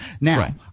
Now